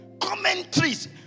commentaries